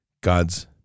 God's